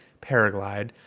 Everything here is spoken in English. paraglide